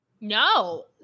No